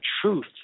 truth